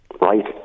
right